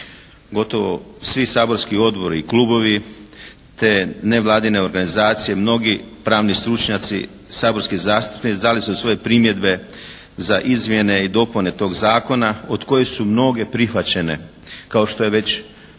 Gotovo svi saborski odbori i klubovi te nevladine organizacije, mnogi pravni stručnjaci, saborski zastupnici dali su svoje primjedbe za izmjene i dopune tog zakona od kojih su mnoge prihvaćene kao što je već